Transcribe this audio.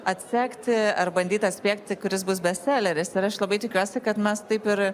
atsekti ar bandyt atspėti kuris bus bestseleris ir aš labai tikiuosi kad mes taip ir